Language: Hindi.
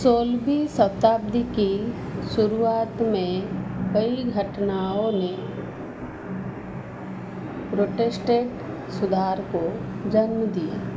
सोलहवीं शताब्दी की शुरुआत में कई घटनाओं ने प्रोटेस्टेंट सुधार को जन्म दिया